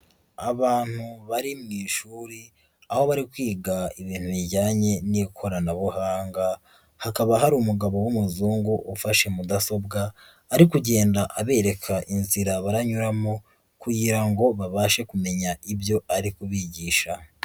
Abantu bari mu ishuri, aho bari kwiga ibintu bijyanye n'ikoranabuhanga, hakaba hari umugabo w'umuzungu ufashe mudasobwa, ari kugenda abereka inzira baranyuramo kugira ngo babashe kumenya ibyo ari kubigisha.